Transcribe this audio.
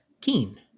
Keen